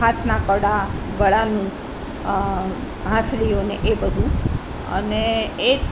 હાથના કડા ગળાનું હાસલીઓને એ બધું અને એ જ